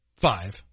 five